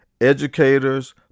educators